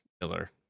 Miller